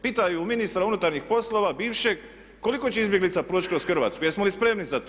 Pitaju ministra unutarnjih poslova bivšeg koliko će izbjeglica proći kroz Hrvatsku, jesmo li spremni za to.